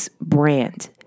brand